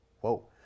whoa